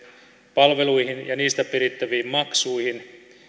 palveluihin ja niistä perittäviin maksuihin